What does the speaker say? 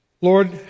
Lord